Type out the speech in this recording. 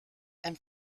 and